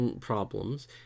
problems